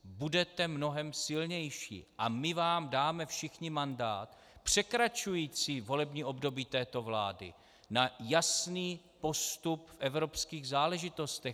Budete mnohem silnější a my vám dáme všichni mandát překračující volební období této vlády na jasný postup v evropských záležitostech.